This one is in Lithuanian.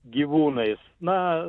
gyvūnais na